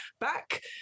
back